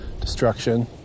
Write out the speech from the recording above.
destruction